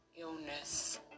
illness